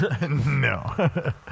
No